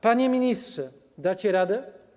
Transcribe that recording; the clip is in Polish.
Panie ministrze, dacie radę?